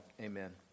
Amen